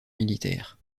militaire